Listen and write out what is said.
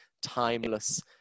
timeless